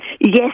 Yes